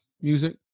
music